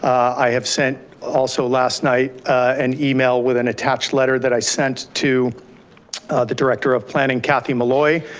i have sent, also last night, an email with an attached letter that i sent to the director of planning, kathy molloy,